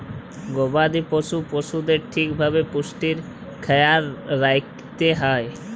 গবাদি পশ্য পশুদের ঠিক ভাবে পুষ্টির খ্যায়াল রাইখতে হ্যয়